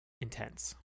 intense